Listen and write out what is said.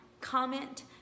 comment